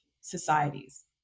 societies